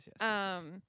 yes